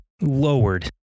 lowered